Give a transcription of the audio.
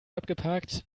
abgepackt